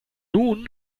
nun